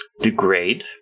degrade